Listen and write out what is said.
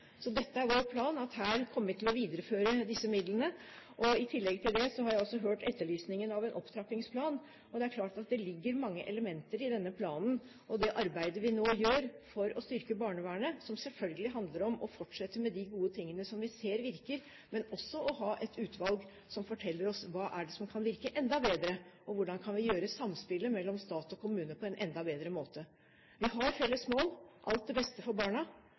Så vår plan er at her kommer vi til å videreføre disse midlene. I tillegg til det har jeg også hørt etterlysningen av en opptrappingsplan. Det er klart at det ligger mange elementer i denne planen og i det arbeidet vi nå gjør for å styrke barnevernet, som selvfølgelig handler om å fortsette med de gode tingene som vi ser virker, men også om å ha et utvalg som forteller oss hva det er som kan virke enda bedre, og hvordan vi kan få til samspillet mellom stat og kommune på en enda bedre måte. Vi har felles mål: alt det beste for barna.